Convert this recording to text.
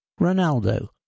Ronaldo